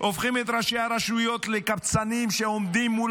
והופכים את ראשי הרשויות לקבצנים שעומדים מול